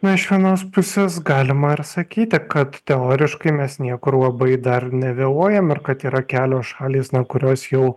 na iš vienos pusės galima ir sakyti kad teoriškai mes niekur labai dar nevėluojam ir kad yra kelios šalys na kurios jau